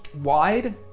wide